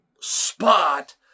spot